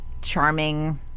charming